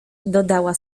dodała